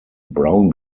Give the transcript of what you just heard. brown